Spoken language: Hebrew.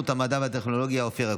במידה והוא באמת לחץ וזה לא הופיע במחשב,